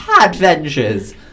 adventures